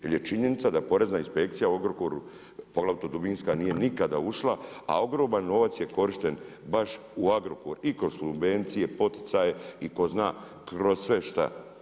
Jer je činjenica da porezna inspekcija u Agrokoru, poglavito dubinska nije nikada ušla, a ogroman novac je korišten baš u Agrokor i kroz subvencije, poticaje i ko zna kroz sve šta.